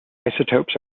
isotopes